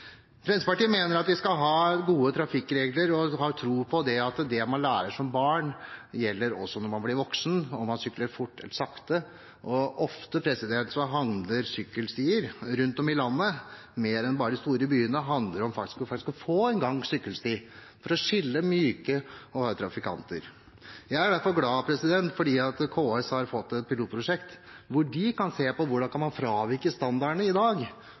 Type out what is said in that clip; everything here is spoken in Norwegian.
og har tro på at det man lærer som barn, også gjelder når man blir voksen – enten man sykler fort eller sakte. Ofte handler det rundt om i landet – mer enn bare i de store byene – om å få en gang- og sykkelsti for å skille myke og harde trafikanter. Jeg er derfor glad for at KS har fått et pilotprosjekt hvor de kan se på hvordan man kan fravike standardene i dag,